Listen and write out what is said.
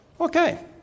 Okay